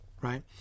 right